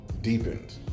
deepened